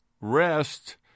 rest